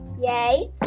yay